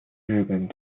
日本